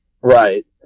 Right